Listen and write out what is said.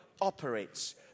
operates